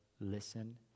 listen